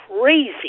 crazy